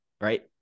Right